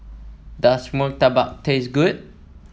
does murtabak taste good